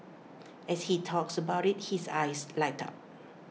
as he talks about IT his eyes light up